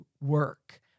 work